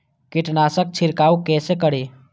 कीट नाशक छीरकाउ केसे करी?